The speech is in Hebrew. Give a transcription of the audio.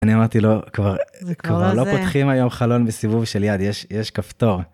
אני אמרתי לו, כבר לא פותחים היום חלון בסיבוב של יד, יש כפתור.